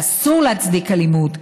ואסור להצדיק אלימות,